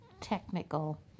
technical